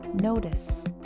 Notice